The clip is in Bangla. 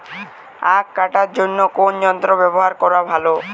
আঁখ কাটার জন্য কোন যন্ত্র ব্যাবহার করা ভালো?